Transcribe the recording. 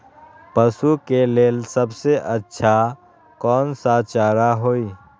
पशु के लेल सबसे अच्छा कौन सा चारा होई?